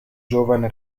giovane